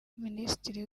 minisitiri